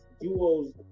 duo's